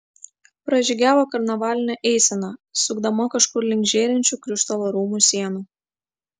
pražygiavo karnavalinė eisena sukdama kažkur link žėrinčių krištolo rūmų sienų